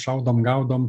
šaudom gaudom